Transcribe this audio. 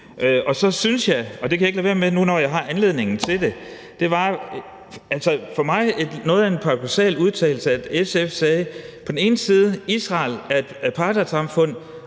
Og så synes jeg, og det kan jeg ikke lade være med at sige nu, når jeg har anledningen til det, at det for mig var en paradoksal udtalelse, da SF på den ene side sagde, at Israel er et apartheidsamfund,